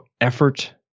effort